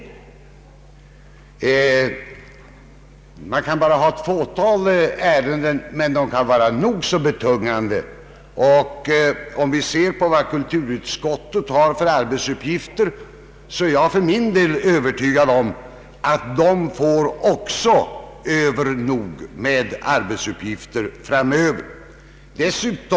Ett utskott kan ha endast ett fåtal ärenden, men de kan vara nog så betungande. Jag är övertygad om att även kulturutskottet får över nog med arbetsuppgifter framöver.